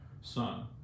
son